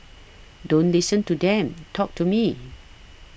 don't listen to them talk to me